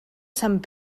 sant